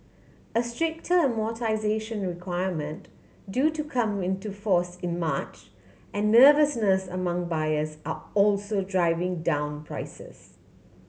a stricter amortisation requirement due to come into force in March and nervousness among buyers are also driving down prices